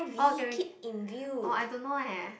orh can be orh I don't know eh